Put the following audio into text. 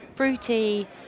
Fruity